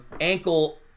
ankle